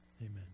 Amen